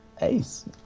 Ace